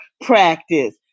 practice